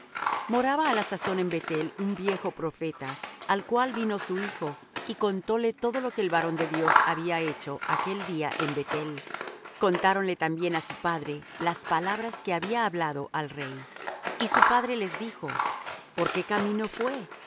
moraba á la sazón en beth-el un viejo profeta al cual vino su hijo y contóle todo lo que el varón de dios había hecho aquel día en beth-el contáronle también á su padre las palabras que había hablado al rey y su padre les dijo por qué camino fué